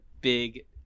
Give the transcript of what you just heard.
big